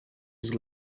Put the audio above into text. his